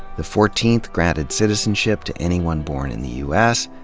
the fourteenth granted citizenship to anyone born in the u s.